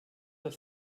das